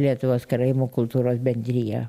lietuvos karaimų kultūros bendrija